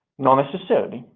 not necessarily.